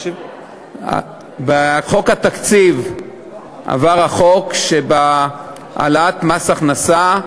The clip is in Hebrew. בחוק התקציב עבר החוק של העלאת מס הכנסה,